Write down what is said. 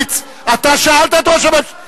אז לשם מה החוקים האלה אם יש דמוקרטיה?